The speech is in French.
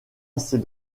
assez